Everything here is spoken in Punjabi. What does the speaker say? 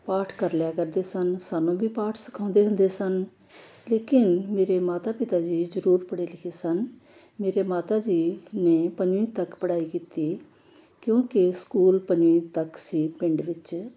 ਪਾਠ ਕਰ ਲਿਆ ਕਰਦੇ ਸਨ ਸਾਨੂੰ ਵੀ ਪਾਠ ਸਿਖਾਉਂਦੇ ਹੁੰਦੇ ਸਨ ਲੇਕਿਨ ਮੇਰੇ ਮਾਤਾ ਪਿਤਾ ਜੀ ਜ਼ਰੂਰ ਪੜ੍ਹੇ ਲਿਖੇ ਸਨ ਮੇਰੇ ਮਾਤਾ ਜੀ ਨੇ ਪੰਜਵੀਂ ਤੱਕ ਪੜ੍ਹਾਈ ਕੀਤੀ ਕਿਉਂਕਿ ਸਕੂਲ ਪੰਜਵੀਂ ਤੱਕ ਸੀ ਪਿੰਡ ਵਿੱਚ